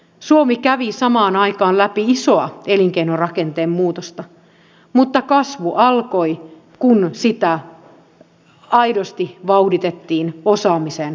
suomi kävi samaan aikaan läpi isoa elinkeinorakenteen muutosta mutta kasvu alkoi kun sitä aidosti vauhditettiin osaamiseen panostamalla